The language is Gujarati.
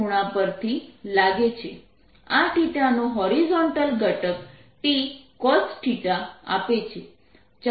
આ નો હોરીઝોન્ટલ ઘટક t cos આપે છે